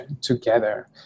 together